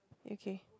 okay